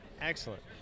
Excellent